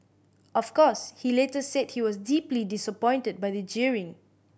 of course he later said he was deeply disappointed by the jeering